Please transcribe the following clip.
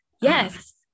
Yes